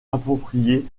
approprié